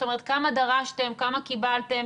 זאת אומרת כמה דרשתם, כמה קיבלתם?